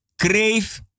Crave